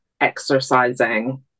exercising